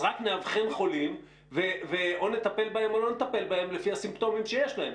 אז רק נאבחן חולים ואו נטפל בהם או לא נטפל בהם לפי הסימפטומים שיש להם,